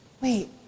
Wait